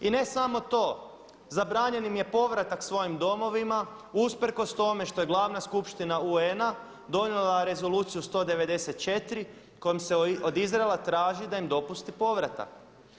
I ne samo to, zabranjen im je povratak svojim domovima usprkos tome što je Glavna skupština UN-a donijela Rezoluciju 194. kojom se od Izraela traži da im dopusti povratak.